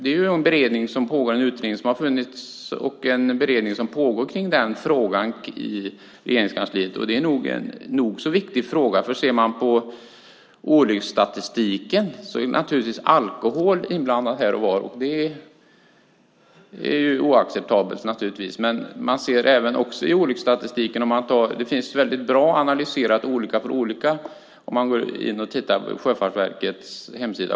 En utredning har gjorts, och beredning av frågan pågår i Regeringskansliet - en nog så viktig fråga. Av olycksstatistiken framgår att alkohol här och var finns med i bilden. Det är naturligtvis oacceptabelt. Man ser också att det här är väldigt bra analyserat. Man kan titta på Sjöfartsverkets hemsida.